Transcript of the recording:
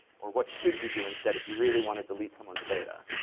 or what should you do instead if you really want to delete someone's data?